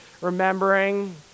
remembering